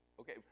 okay